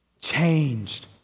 changed